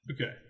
Okay